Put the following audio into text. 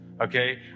okay